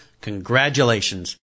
congratulations